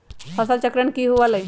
फसल चक्रण की हुआ लाई?